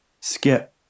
Skip